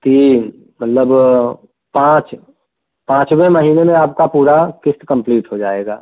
तीन मतलब पाँच पाँचवे महीने में आपका पूरा किश्त कंप्लीट हो जाएगा